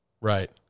Right